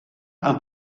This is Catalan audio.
amb